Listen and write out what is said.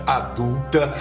adulta